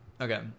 Okay